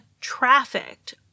trafficked